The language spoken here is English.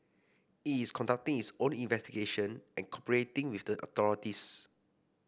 it's conducting its own investigation and cooperating with the authorities